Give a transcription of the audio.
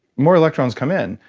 more electrons come in.